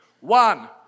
One